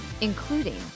including